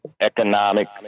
economic